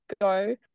go